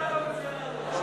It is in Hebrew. מה אתה אומר על הממשלה הזאת?